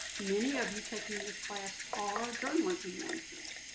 many of you taking this class are journalism majors,